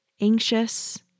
Anxious